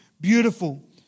beautiful